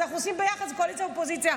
אז אנחנו עושים ביחד קואליציה ואופוזיציה,